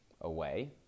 away